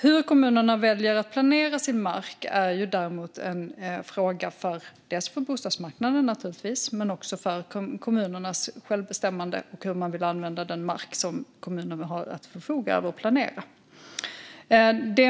Hur kommunerna väljer att planera sin mark är en fråga för dels bostadsmarknaden, dels kommunernas självbestämmande över hur man vill använda den mark som kommunerna har att förfoga över och planera.